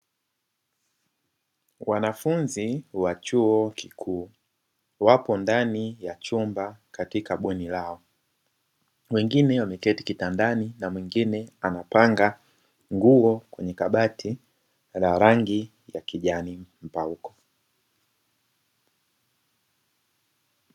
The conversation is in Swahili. Wanafunzi wa chuo kikuu, wapo ndani ya chumba katika bweni lao, wengine wameketi kitandani na mwingine anapanga nguo kwenye kabati la rangi ya kijani mpauko.